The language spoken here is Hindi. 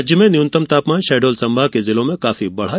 राज्य में न्यूनतम तापमान शहडोल संभाग के जिलों में काफी बढा